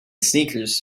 sneakers